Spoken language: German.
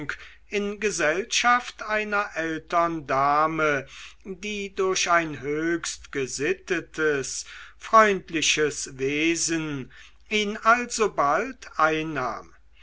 in gesellschaft einer ältern dame die durch ein höchst gesittetes freundliches wesen ihn alsobald einnahm